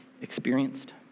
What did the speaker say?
experienced